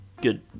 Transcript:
Good